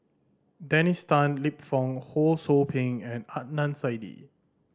Dennis Tan Lip Fong Ho Sou Ping and Adnan Saidi